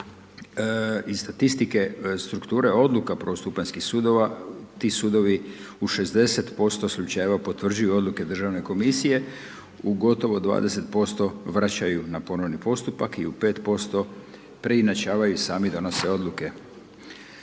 Iz statistike struktura odluka prvostupanjskih sudova ti sudovi u 60% slučajeva potvrđuju odluke državne komisije u gotovo 20% vraćaju na ponovni postupak i u 5% preinačavaju i sami donose odluke.